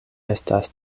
estas